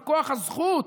על כוח הזכות,